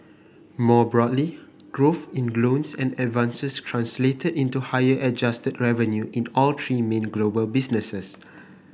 more broadly growth in loans and advances translated into higher adjusted revenue in all three main global businesses